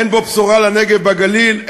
אין בו בשורה לנגב ולגליל,